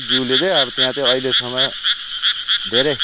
ज्यूले चाहिँ अब अहिलेसम्म धेरै